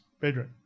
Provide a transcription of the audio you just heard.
bedroom